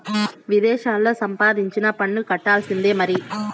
విదేశాల్లా సంపాదించినా పన్ను కట్టాల్సిందే మరి